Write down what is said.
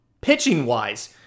pitching-wise